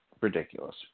ridiculous